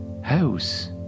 house